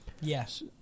Yes